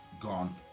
Gone